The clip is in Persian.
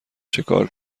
چکار